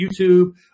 YouTube